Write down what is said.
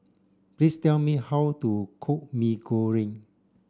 please tell me how to cook Mee Goreng